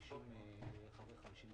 הלשכה המשפטית כאן תציע שבמקום 45 יום,